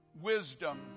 Wisdom